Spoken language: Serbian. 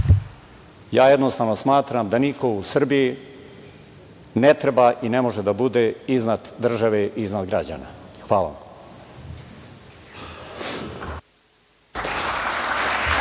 Jednostavno, smatram da niko u Srbiji ne treba i ne može da bude iznad države i iznad građana. Hvala